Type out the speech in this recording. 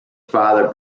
father